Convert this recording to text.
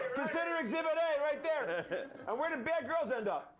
consider exhibit a right there. and where do bad girls end up?